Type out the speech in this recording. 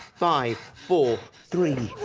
five, four, three,